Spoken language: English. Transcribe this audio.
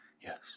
Yes